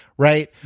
Right